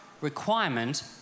requirement